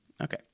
Okay